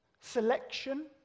selection